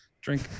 drink